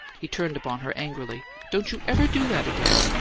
he turned upon her angrily. don't you ever do that again!